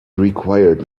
required